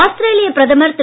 ஆஸ்திரேலிய பிரதமர் திரு